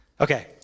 okay